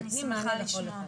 נותנים מענה לכל אחד.